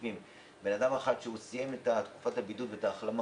אדם שסיים את תקופת הבידוד ואת ההחלמה,